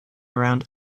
around